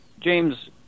James